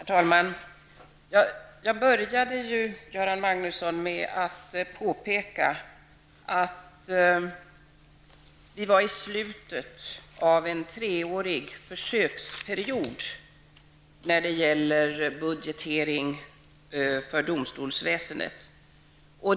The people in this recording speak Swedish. Herr talman! Jag började, Göran Magnusson, med att påpeka att vi är i slutet av en treårig försöksperiod när det gäller budgetering för domstolsväsendet.